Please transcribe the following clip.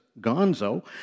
gonzo